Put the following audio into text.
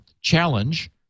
challenge